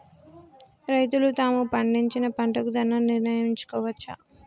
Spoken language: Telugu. రైతులు తాము పండించిన పంట ధర నిర్ణయించుకోవచ్చా?